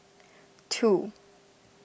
two